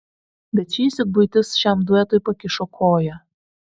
bet šįsyk buitis šiam duetui pakišo koją